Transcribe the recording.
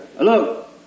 Look